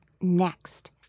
next